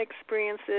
experiences